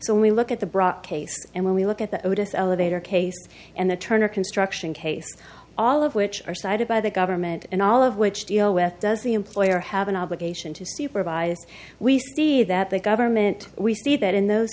so we look at the broad case and when we look at the otis elevator case and the turner construction case all of which are cited by the government and all of which deal with does the employer have an obligation to supervise we see that the government we see that in those